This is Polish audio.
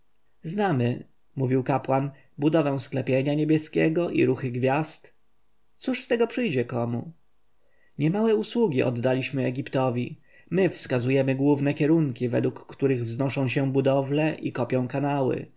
znamy mówił kapłan budowę sklepienia niebieskiego i ruchy gwiazd cóż z tego przyjdzie komu niemałe usługi oddaliśmy egiptowi my wskazujemy główne kierunki według których wznoszą się budowle i kopią kanały